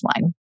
line